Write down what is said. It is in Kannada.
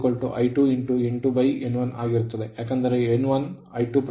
I2 I2N2N1 ಆಗಿರುತ್ತದೆ ಏಕೆಂದರೆ N1I2N2I2